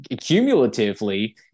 cumulatively